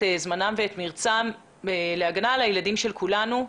זמנם ואת מרצם להגנה על הילדים של כולנו,